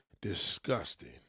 Disgusting